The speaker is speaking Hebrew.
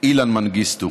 אילן מנגיסטו.